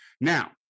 Now